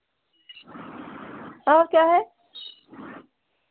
और क्या है